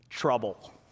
trouble